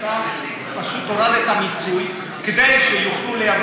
אתה פשוט הורדת מיסוי כדי שיוכלו לייבא